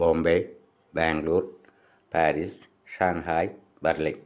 Bombay Bangalore Paris Shanghai Berlin